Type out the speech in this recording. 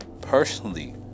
personally